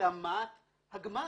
להשלמת הגמרים.